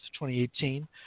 2018